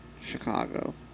Chicago